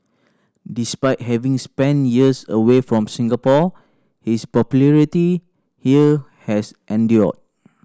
despite having spent years away from Singapore his popularity here has endured